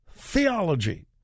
theology